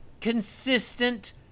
consistent